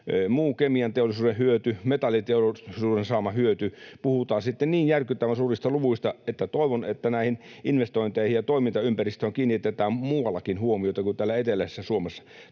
muu kemianteollisuuden hyöty, metalliteollisuuden saama hyöty, puhutaan sitten niin järkyttävän suurista luvuista, että toivon, että näihin investointeihin ja toimintaympäristöön kiinnitetään muuallakin huomiota kuin täällä eteläisessä Suomessa.